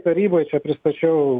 tarybai čia pristačiau